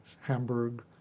Hamburg